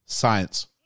Science